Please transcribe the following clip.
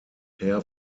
herr